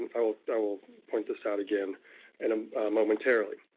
i will i will point this out again and um momentarily.